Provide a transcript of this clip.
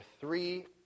three